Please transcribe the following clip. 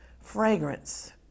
fragrance